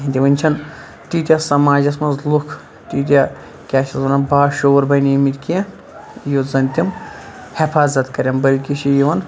کِہِنۍ تہِ وٕنۍ چھَنہٕ تیٖتیاہ سَماجَس مَنٛز لُکھ تیٖتیاہ کیاہ چھِ اَتھ وَنان با شعور بَنیٚیمٕتۍ کینٛہہ یُتھ زَن تِم حفاظت کَرن بلکہِ چھ یِوان